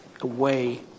away